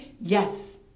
Yes